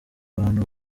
abantu